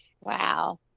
Wow